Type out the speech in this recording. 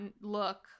look